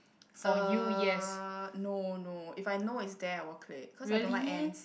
uh no no if I know is there I will clear because I don't like ants